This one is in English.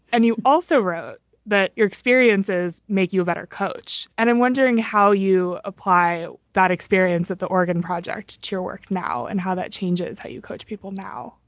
and you also wrote that your experiences make you a better coach. and i'm wondering how you apply that experience at the oregon project to your work now and how that changes how you coach people now?